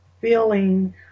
Feeling